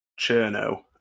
Cherno